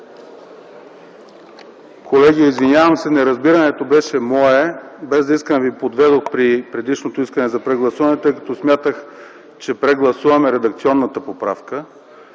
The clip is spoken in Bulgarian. Колеги, извинявам се. Неразбирането беше мое. Без да искам ви подведох при предишното искане за прегласуване, тъй като смятах, че прегласуваме редакционната поправка.